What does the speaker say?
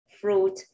fruit